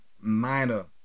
minor